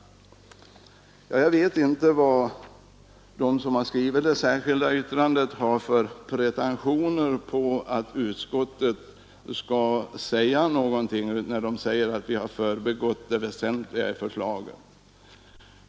Jag vet inte vad de som har skrivit det särskilda yttrandet har för pretentioner på att utskottet skall säga, när de påstår att vi har förbigått det väsentliga i förslaget.